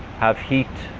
have heat,